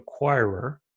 acquirer